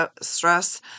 stress